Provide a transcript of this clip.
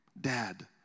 dad